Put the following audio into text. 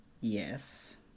yes